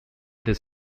this